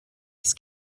this